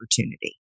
opportunity